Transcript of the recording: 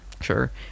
Sure